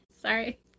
Sorry